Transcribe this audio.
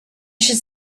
should